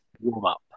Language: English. warm-up